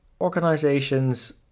Organizations